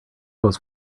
was